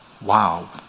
Wow